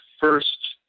first